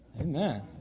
Amen